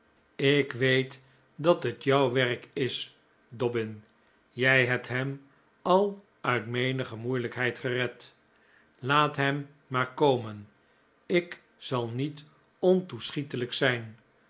ik weet dat het jouw werk is dobbin jij hebt hem al uit menige moeilijkheid gered laat hem maar komen ik zal niet ontoeschietelijk zijn